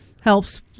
helps